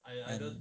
err